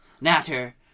Natter